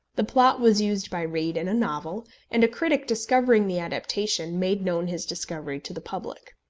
the plot was used by reade in a novel and a critic discovering the adaptation, made known his discovery to the public.